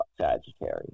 sagittarius